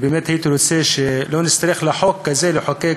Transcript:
באמת הייתי רוצה שלא נצטרך לחוקק את החוק הזה,